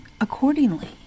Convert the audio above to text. accordingly